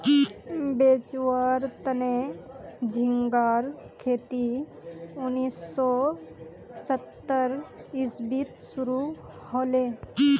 बेचुवार तने झिंगार खेती उन्नीस सौ सत्तर इसवीत शुरू हले